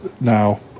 Now